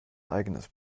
eigenes